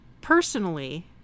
Personally